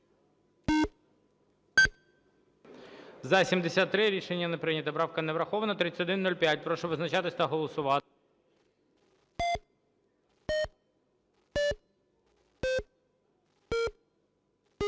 За-72 Рішення не прийнято. Правка не врахована. І 3102. Прошу визначатися та голосувати.